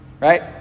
Right